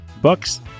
Books